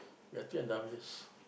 we're two and half years